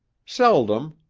seldom,